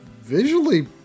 Visually